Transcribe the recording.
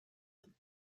them